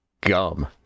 gum